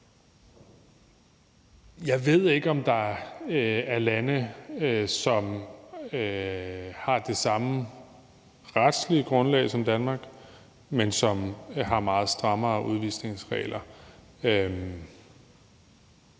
Jeg ved ikke, om der er lande, som har det samme retslige grundlag som Danmark og har meget strammere udvisningsregler.